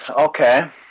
okay